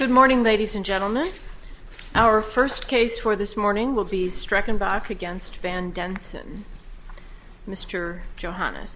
good morning ladies and gentlemen our first case for this morning will be striking back against fan denson mr johann